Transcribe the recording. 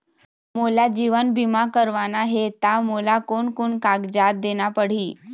मोला जीवन बीमा करवाना हे ता मोला कोन कोन कागजात देना पड़ही?